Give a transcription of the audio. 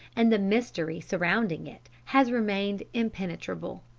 and the mystery surrounding it has remained impenetrable.